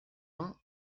mains